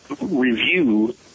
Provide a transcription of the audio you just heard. review